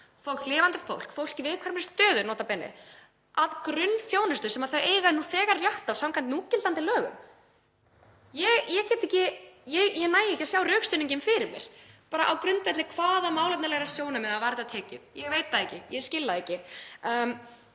fólk, lifandi fólk, fólk í viðkvæmri stöðu nota bene, grunnþjónustu sem það á nú þegar rétt á samkvæmt núgildandi lögum? Ég næ ekki að sjá rökstuðninginn fyrir mér. Á grundvelli hvaða málefnalegu sjónarmiða var þetta tekið? Ég veit það ekki. Ég skil það ekki